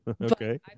Okay